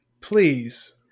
please